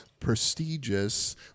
prestigious